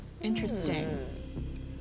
Interesting